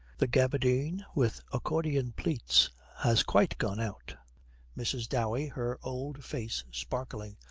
the gabardine with accordion pleats has quite gone out mrs. dowey, her old face sparkling.